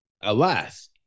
Alas